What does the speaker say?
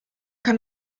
kann